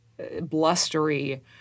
blustery